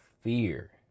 fear